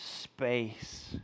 space